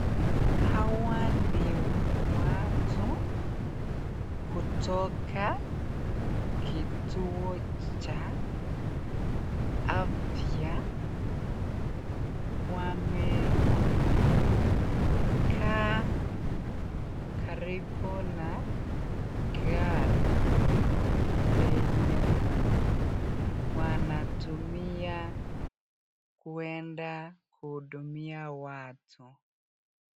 Hawa ni watu kutoka kituo cha afya, wamekaa karibu na gari lenye wanatumia kwenda kuhudumia watu.